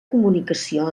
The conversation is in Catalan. comunicació